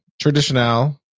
traditional